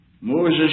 Moses